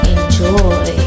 Enjoy